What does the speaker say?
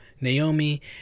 Naomi